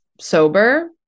sober